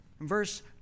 verse